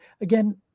again